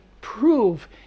prove